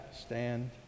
stand